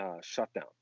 shutdown